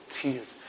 tears